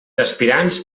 aspirants